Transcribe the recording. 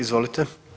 Izvolite.